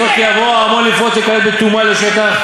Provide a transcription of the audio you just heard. הרי אם ידוע לו מרחק שבין הכותל המערבי לכותל מקודשי הקודשים,